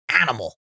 animal